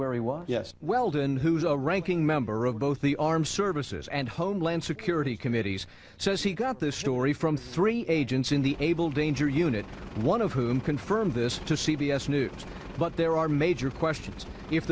where he was yes weldon who's a ranking member of both the armed services and homeland security committees says he got this story from three agents in the able danger unit one of whom confirmed this to c b s news but there are major questions if